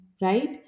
right